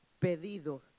pedido